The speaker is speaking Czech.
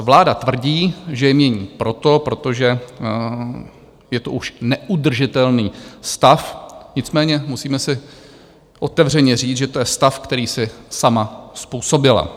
Vláda tvrdí, že je mění proto, protože je to už neudržitelný stav, nicméně musíme si otevřeně říct, že to je stav, který si sama způsobila.